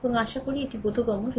এবং আশা করি এটি বোধগম্য